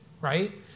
right